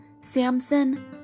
Samson